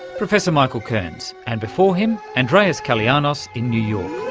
professor michael kearns. and before him, andreas calianos in new york.